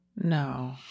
No